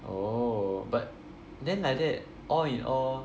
oh but then like that all in all